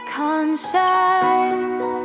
conscious